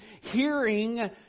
Hearing